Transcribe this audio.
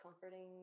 comforting